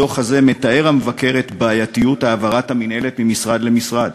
בדוח הזה מתאר המבקר את בעייתיות העברת המינהלת ממשרד למשרד.